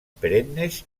perennes